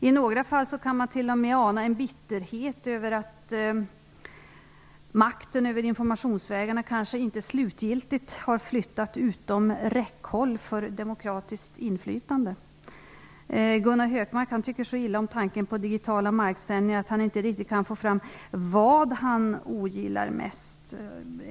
I några fall kan man t.o.m. ana en bitterhet över att makten över informationsvägarna kanske inte slutgiltigt har flyttat utom räckhåll för demokratiskt inflytande. Gunnar Hökmark tycker så illa om tanken på digitala marksändningar att han inte riktigt kan få fram vad han ogillar mest.